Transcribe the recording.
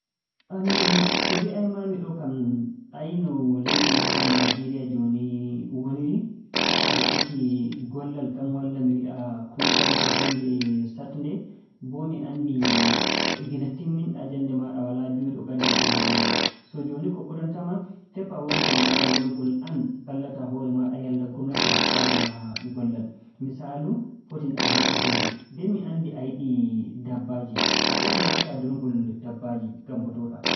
Hmn, ko mbi'ay-maa-mi ɗo'o kam, a yi'ii no leydi meeɗen Naajeeriya jooni woniri, haala heɓuki gollal kam walla mi wi'a kuugal ko huunde saatnde. Boo mi anndi gila timmin-ɗaa jannde maaɗa walaa bi'uɗo ngaddaa ɗereeji maaɗa. So jooni ko ɓuranta ma tefa wonngol laawol ngol aan mballata hoore maaɗa, yalla ngomnati hokkaayi ma gollal. Misaalu foti a naata ndemri, nden mi anndi a yiɗi dabbaaji, ko haɗta a naata durngol dabbaaji ngam mbotoo-ɗaa.